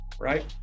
right